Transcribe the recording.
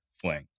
fling